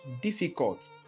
difficult